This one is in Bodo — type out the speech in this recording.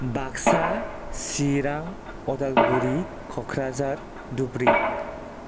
बाक्सा सिरां अदालगुरि कक्राझार दुब्रि